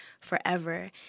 forever